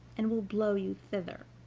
and will blow you thither.